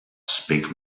speak